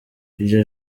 iryo